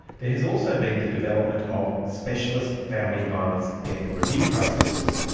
there has also been the development of specialist family violence death review processes,